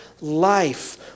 life